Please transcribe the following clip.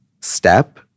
step